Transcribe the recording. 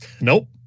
Nope